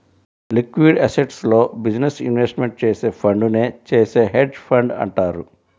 liquid అసెట్స్లో business investment చేసే ఫండునే చేసే హెడ్జ్ ఫండ్ అంటారు